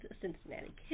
Cincinnati